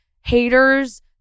haters